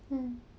mm